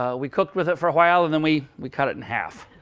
um we cooked with it for a while. and then we we cut it in half.